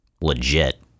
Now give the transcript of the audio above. Legit